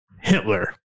Hitler